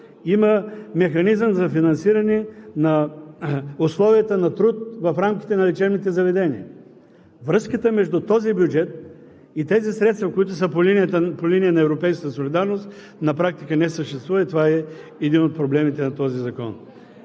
има механизъм за финансиране на условията на труд в рамките на лечебните заведения. Връзката между този бюджет и тези средства, които са по линия на европейската солидарност, на практика не съществуват и това е един от проблемите на този закон.